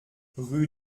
rue